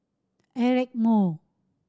Eric Moo